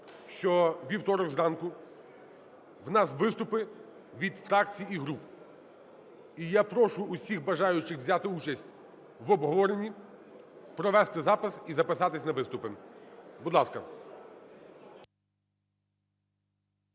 що у вівторок зранку в нас виступи від фракцій і груп. І я прошу усіх бажаючих взяти участь в обговоренні, провести запис і записатись на виступи. Будь ласка.